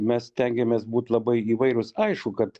mes stengiamės būt labai įvairūs aišku kad